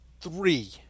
three